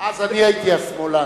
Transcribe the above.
אני הייתי השמאלן.